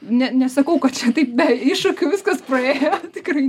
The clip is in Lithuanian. ne nesakau kad čia taip be iššūkių viskas praėjo tikrai